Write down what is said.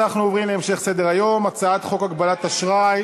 אנחנו עוברים להמשך סדר-היום: הצעת חוק הגבלת אשראי